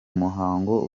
muhango